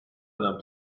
önem